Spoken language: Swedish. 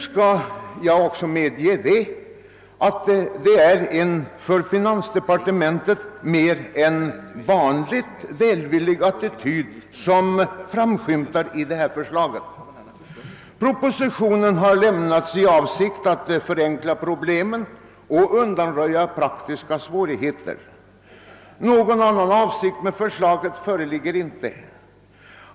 Jag vill också medge att det är en för finansdepartementet mer än vanligt välvillig attityd som framskymtar i detta förslag. Propositionen har lämnats i avsikt att förenkla problemen och undanröja praktiska svårigheter — någon annan avsikt med förslaget föreligger inte.